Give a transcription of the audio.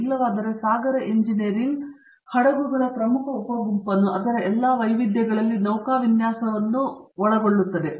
ಇಲ್ಲವಾದರೆ ಸಾಗರ ಇಂಜಿನಿಯರಿಂಗ್ ಹಡಗುಗಳ ಪ್ರಮುಖ ಉಪ ಗುಂಪನ್ನು ಅದರ ಎಲ್ಲಾ ವೈವಿಧ್ಯಗಳಲ್ಲಿ ನೌಕಾ ವಿನ್ಯಾಸವನ್ನೂ ಒಳಗೊಳ್ಳುತ್ತದೆ